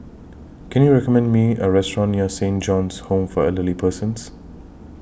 Can YOU recommend Me A Restaurant near Saint John's Home For Elderly Persons